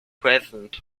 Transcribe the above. present